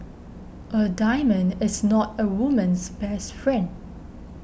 a diamond is not a woman's best friend